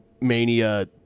Mania